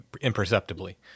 imperceptibly